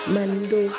Mando